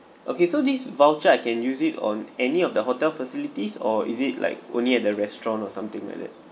okay so this voucher I can use it on any of the hotel facilities or is it like only at the restaurant or something like that